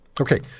Okay